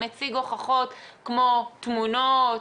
מציג הוכחות כמו תמונות,